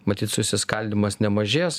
matyt susiskaldymas nemažės